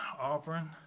Auburn